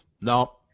No